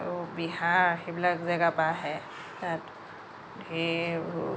আৰু বিহাৰ সেইবিলাক জেগাৰ পৰা আহে তাত সেইবোৰ